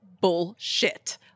bullshit